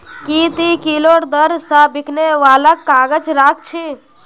की ती किलोर दर स बिकने वालक काग़ज़ राख छि